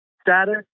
status